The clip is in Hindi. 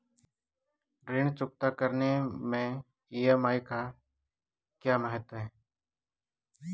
ऋण चुकता करने मैं ई.एम.आई का क्या महत्व है?